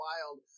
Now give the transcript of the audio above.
Wild